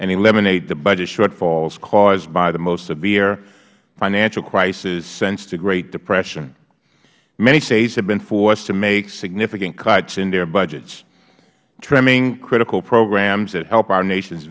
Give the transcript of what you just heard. and eliminate the budget shortfalls caused by the most severe financial crisis since the great depression many states have been forced to make significant cuts in their budgets trimming critical programs that help our nation